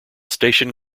station